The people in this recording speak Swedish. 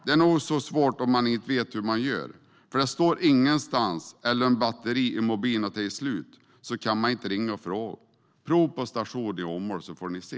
Det är nog så svårt om man inte vet hur man gör, för det står ingenstans. Och om batteriet i mobilen är urladdat kan man inte ringa och fråga. Prova på stationen i Åmål, så får ni se!